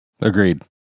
Agreed